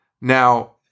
now